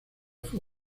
fue